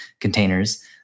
containers